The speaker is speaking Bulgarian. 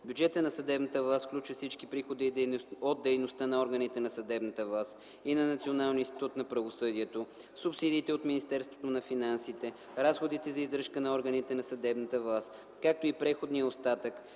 Бюджетът на съдебната власт включва всички приходи от дейността на органите на съдебната власт и на Националния институт на правосъдието, субсидиите от Министерството на финансите, разходите за издръжка на органите на съдебната власт, както и преходния остатък,